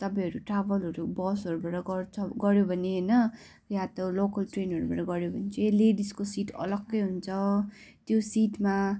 तपाईँहरू ट्राभलहरू बसहरूबाट गर्छ गऱ्यो भने होइन या त लोकल ट्रेनहरूबाट गऱ्यो भने चाहिँ लेडिसको सिट अलग्गै हुन्छ त्यो सिटमा